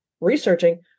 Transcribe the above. researching